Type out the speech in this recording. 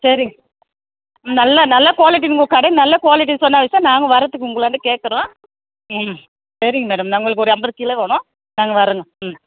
சரிங்க நல்ல நல்ல குவாலிட்டி உங்கள் கடை நல்ல குவாலிட்டி சொன்னவாசி தான் நாங்கள் வர்றதுக்கு உங்களாண்டை கேட்குறோம் ம் சரிங்க மேடம் நான் எங்களுக்கு ஒரு ஐம்பது கிலோ வேணும் நாங்கள் வரோம்ங்க ம்